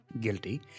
Guilty